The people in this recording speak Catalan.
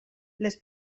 les